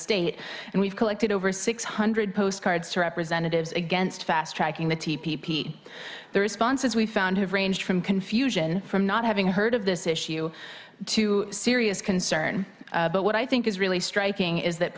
state and we've collected over six hundred postcards to representatives against fast tracking the t p p the responses we found have ranged from confusion from not having heard of this issue to serious concern but what i think is really striking is that